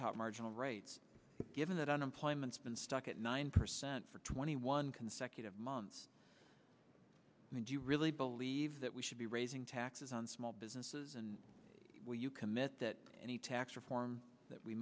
top marginal rates given that unemployment's been stuck at nine percent for twenty one consecutive months do you really believe that we should be raising taxes on small businesses and will you commit that any tax reform that we